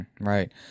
Right